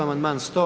Amandman 100.